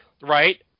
right